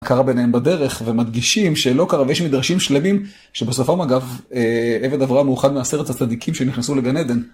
קרה ביניהם בדרך, ומדגישים שלא קרה, ויש מדרשים שלמים, שבסופם, אגב, עבד אברהם הוא אחד מעשרת הצדיקים שנכנסו לגן עדן.